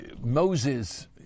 Moses